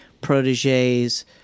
proteges